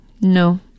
No